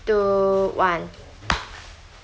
two one